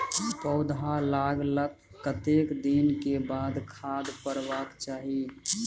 पौधा लागलाक कतेक दिन के बाद खाद परबाक चाही?